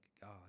God